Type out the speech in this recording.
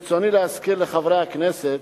ברצוני להזכיר לחברי הכנסת,